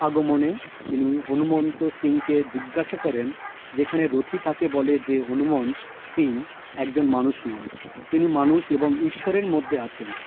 আগমনে তিনি হনুমন্ত সিংকে জিজ্ঞাসা করেন যেখানে রথি তাকে বলে যে হনুমন্ত সিং একজন মানুষ নন তিনি মানুষ এবং ঈশ্বরের মধ্যে আছেন